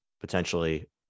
potentially